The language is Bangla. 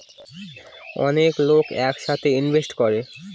অনেক লোক এক সাথে ইনভেস্ট করে